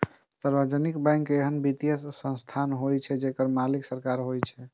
सार्वजनिक बैंक एहन वित्तीय संस्थान होइ छै, जेकर मालिक सरकार होइ छै